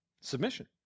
submission